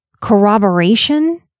corroboration